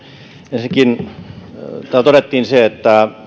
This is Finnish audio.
ensinnäkin täällä todettiin se että